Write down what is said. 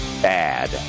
bad